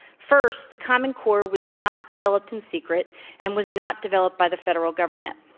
first the common core was not developed in secret and was not developed by the federal government.